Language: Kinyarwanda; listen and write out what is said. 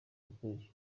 gukurikiza